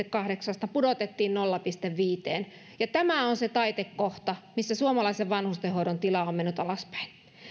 kahdeksasta nolla pilkku viiteen ja tämä on se taitekohta missä suomalainen vanhustenhoidon tila on mennyt alaspäin